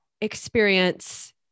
experience